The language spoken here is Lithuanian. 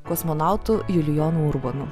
kosmonautu julijonu urbonu